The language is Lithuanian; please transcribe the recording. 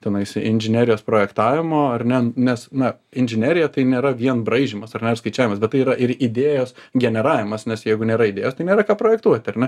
tenais inžinerijos projektavimo ar ne nes na inžinerija tai nėra vien braižymas ar ne ar skaičiavimas bet tai yra ir idėjos generavimas nes jeigu nėra idėjos tai nėra ką projektuoti ar na